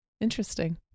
Interesting